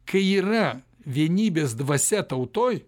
kai yra vienybės dvasia tautoj